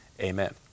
Amen